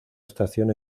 estación